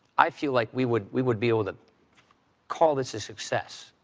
i feel like we would we would be able to call this a success,